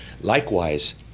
Likewise